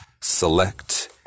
select